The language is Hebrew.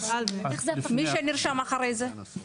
מי שנרשם אחרי זה?